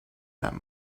that